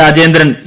Rajendran E